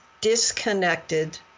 disconnected